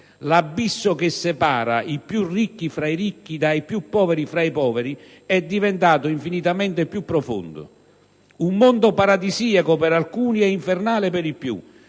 L'abisso che separa i più ricchi fra i ricchi dai più poveri fra i poveri è diventato infinitamente più profondo: un mondo paradisiaco per alcuni e infernale per i più,